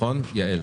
יעל?